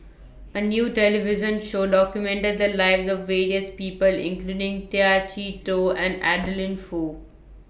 A New television Show documented The Lives of various People including Tay Chee Toh and Adeline Foo